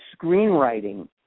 screenwriting